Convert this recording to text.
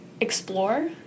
explore